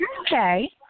Okay